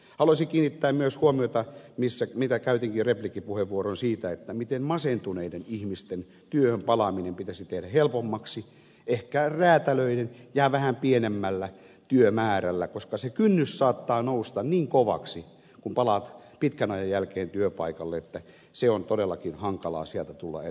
haluaisin kiinnittää myös huomiota siihen käytinkin repliikkipuheenvuoron siitä miten masentuneiden ihmisten työhön palaaminen pitäisi tehdä helpommaksi ehkä räätälöiden ja vähän pienemmällä työmäärällä koska se kynnys saattaa nousta niin kovaksi kun palaat pitkän ajan jälkeen työpaikalle että se on todellakin hankalaa sieltä tulla enää työelämään